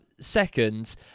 seconds